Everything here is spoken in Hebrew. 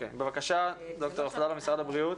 בבקשה, דוקטור אפללו, משרד הבריאות.